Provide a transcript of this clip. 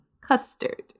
Custard